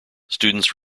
students